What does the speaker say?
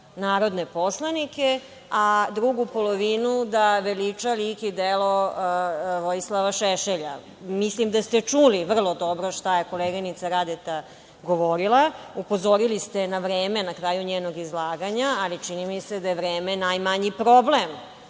narodne poslanike, a drugu polovinu da veliča lik i delo Vojislava Šešelja. Mislim da ste čuli vrlo dobro šta je koleginica Radeta govorila. Upozorili ste je na vreme na kraju njenog izlaganja, ali čini mi se da je vreme najmanji problem